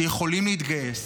שיכולים להתגייס,